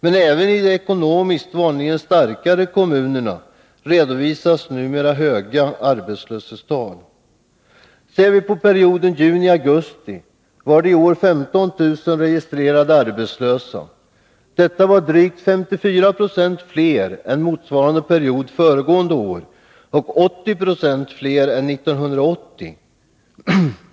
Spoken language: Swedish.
Men även i de ekonomiskt vanligen starkare kommunerna redovisas numera höga arbetslöshetstal. Under perioden juni-augusti var det i år 15 000 registrerade arbetslösa. Detta var drygt 54 90 fler än motsvarande period föregående år och 80 96 fler än 1980.